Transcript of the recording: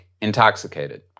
intoxicated